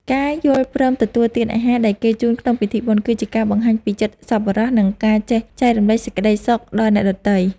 ការយល់ព្រមទទួលទានអាហារដែលគេជូនក្នុងពិធីបុណ្យ គឺជាការបង្ហាញពីចិត្តសប្បុរស និងការចេះចែករំលែកសេចក្តីសុខដល់អ្នកដទៃ។